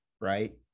right